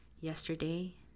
yesterday